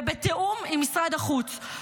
בתיאום עם משרד החוץ.